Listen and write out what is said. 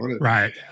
Right